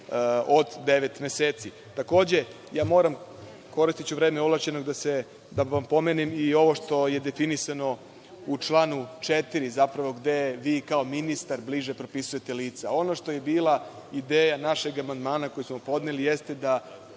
od devet meseci. Takođe, ja moram, koristiću vreme ovlašćenog, da vam pomenem i ovo što je definisano u članu 4, zapravo gde vi kao ministar bliže propisujete lica. Ono što je bila ideja našeg amandmana koji smo podneli, jeste da